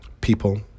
people